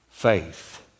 Faith